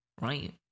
right